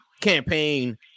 campaign